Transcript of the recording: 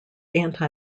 anti